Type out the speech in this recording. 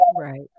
right